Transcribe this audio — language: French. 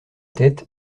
tête